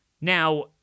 Now